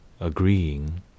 agreeing